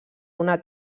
una